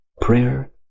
prayer